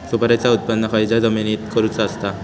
सुपारीचा उत्त्पन खयच्या जमिनीत करूचा असता?